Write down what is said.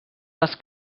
les